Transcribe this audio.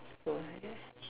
so I guess